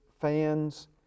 fans